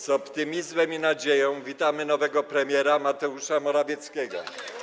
Z optymizmem i nadzieją witamy nowego premiera Mateusza Morawieckiego.